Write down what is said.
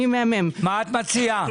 מה את מציעה?